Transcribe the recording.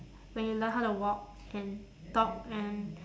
when you learn how to walk and talk and